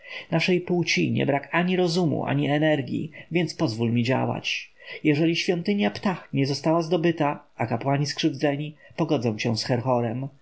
naszej płci nie brak ani rozumu ani energji więc pozwól mi działać jeżeli świątynia ptah nie została zdobyta a kapłani skrzywdzeni pogodzę cię z herhorem